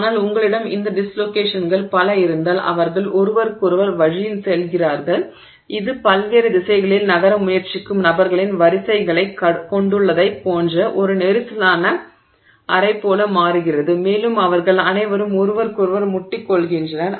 ஆனால் உங்களிடம் இந்த டிஸ்லோகேஷன்கள் பல இருந்தால் அவர்கள் ஒருவருக்கொருவர் வழியில் செல்கிறார்கள் இது பல்வேறு திசைகளில் நகர முயற்சிக்கும் நபர்களின் வரிசைகளைக் கொண்டுள்ளதைப் போன்ற ஒரு நெரிசலான அறை போல மாறுகிறது மேலும் அவர்கள் அனைவரும் ஒருவருக்கொருவர் முட்டிக்கொள்கின்றனர்